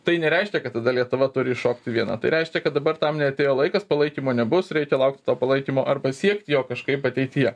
tai nereiškia kad tada lietuva turi šokti viena tai reiškia kad dabar tam neatėjo laikas palaikymo nebus reikia laukti to palaikymo arba siekt jo kažkaip ateityje